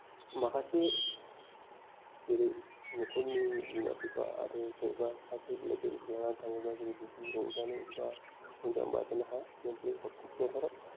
माखासे जेरै न'खरनि बिमा बिफा आरो सोरबा सासे लोगोखौ लानानै थाङोबा जोङो बिदि रंजानोबा बा रंजानो बाजानो मोजां हाया मोनसे सावथुन थियेटार आव